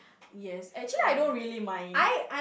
yes actually I don't really mind